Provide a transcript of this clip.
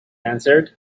answered